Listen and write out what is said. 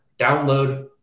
download